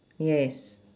yes